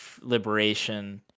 liberation